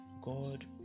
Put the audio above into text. God